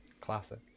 Classic